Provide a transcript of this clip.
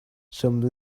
some